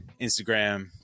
Instagram